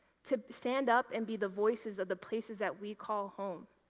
to stand up and be the voices of the places that we call home.